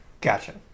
Gotcha